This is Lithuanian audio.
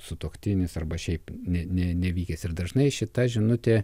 sutuoktinis arba šiaip ne nevykęs ir dažnai šita žinutė